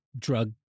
drug